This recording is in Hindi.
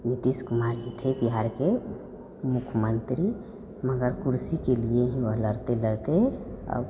नीतीश कुमार जी थे बिहार के मुखमंत्री मगर कुर्सी के लिए वह लड़ते लड़ते अब